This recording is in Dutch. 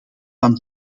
van